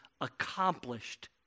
accomplished